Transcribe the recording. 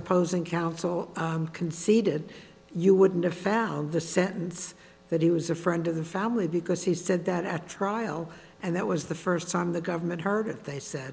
opposing counsel i'm conceded you wouldn't have found the sentence that he was a friend of the family because he said that at trial and that was the first time the government heard it they said